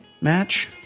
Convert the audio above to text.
match